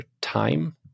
time